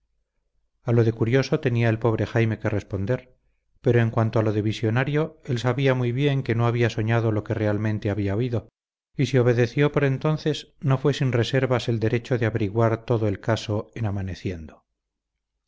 a lo de curioso tenía el pobre jaime que responder pero en cuanto a lo de visionario él sabía muy bien que no había soñado lo que realmente había oído y si obedeció por entonces no fue sin reservarse el derecho de averiguar todo el caso en amaneciendo